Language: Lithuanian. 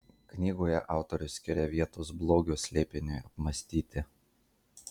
knygoje autorius skiria vietos blogio slėpiniui apmąstyti